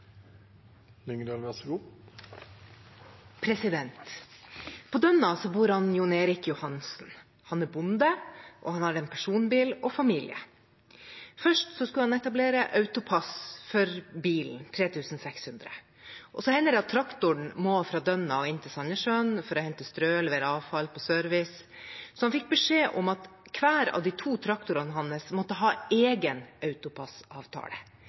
Dønna bor John Erik Johansen. Han er bonde og har en personbil og familie. Først skulle han etablere AutoPASS for bilen, 3 600 kr. Det hender at traktoren må fra Dønna til Sandnessjøen for å hente strø, levere avfall eller på service, og han fikk beskjed om at hver av de to traktorene hans måtte ha